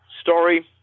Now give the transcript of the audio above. story